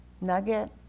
nugget